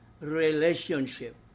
relationship